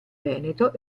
veneto